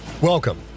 Welcome